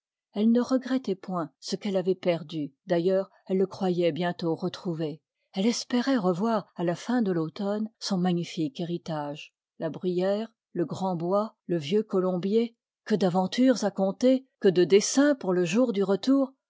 lle ne regrettoit point ce qu'elle avoit perdu d'ailleurs elle le croyoit bientôt retrouver elle espcroit revoir à la fin de l'automne y son magnifique héritage la bruyère le grand bois le vieux colombier que d'aventures à conter que de desseins pour le jour du retour